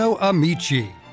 amici